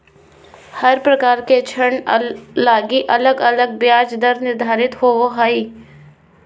हर प्रकार के ऋण लगी अलग अलग ब्याज दर निर्धारित होवो हय